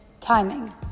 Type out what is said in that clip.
Timing